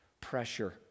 pressure